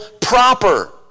proper